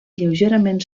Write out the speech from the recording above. lleugerament